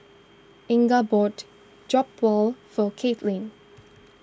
Inga bought Jokbal for Kaelyn